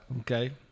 Okay